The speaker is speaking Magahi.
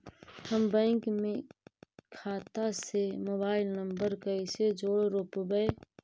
हम बैंक में खाता से मोबाईल नंबर कैसे जोड़ रोपबै?